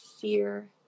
fear